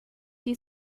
die